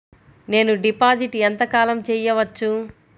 నేను డిపాజిట్ ఎంత కాలం చెయ్యవచ్చు?